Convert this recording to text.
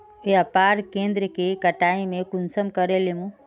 व्यापार केन्द्र के कटाई में कुंसम करे लेमु?